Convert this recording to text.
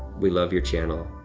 we love your channel.